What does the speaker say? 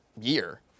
year